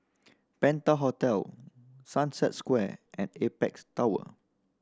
Penta Hotel Sunset Square and Apex Tower